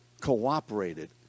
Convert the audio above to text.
cooperated